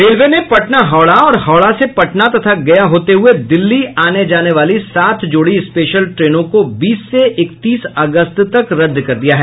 railway ने पटना हावड़ा और हावड़ा से पटना तथा गया होते हुये दिल्ली आने जाने वाली सात जोड़ी स्पेशल ट्रेनों को बीस से इकतीस अगस्त तक रद्द कर दिया है